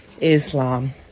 Islam